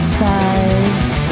sides